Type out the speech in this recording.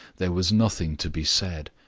there was nothing to be said.